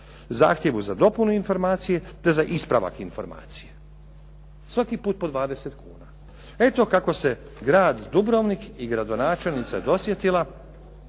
zahtjevu za dopune informacije, te za ispravak informacije." Svaki put po 20 kuna. Eto kako se grad Dubrovnik i gradonačelnica dosjetila